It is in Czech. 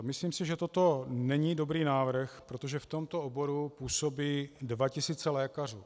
Myslím si, že toto není dobrý návrh, protože v tomto oboru působí dva tisíce lékařů.